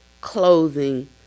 clothing